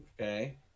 Okay